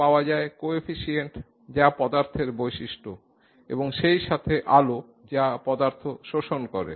আর পাওয়া যায় কোয়েফিসিয়েন্ট যা পদার্থের বৈশিষ্ট্য এবং সেই সাথে আলো যা পদার্থ শোষণ করে